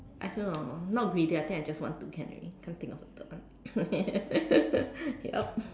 I still don't know not greedy I think I just want to can already can't think of a term ya yup